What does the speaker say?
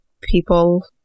people